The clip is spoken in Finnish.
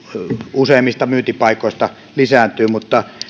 useammista myyntipaikoista lisääntyy mutta